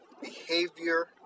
behavior